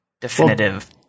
definitive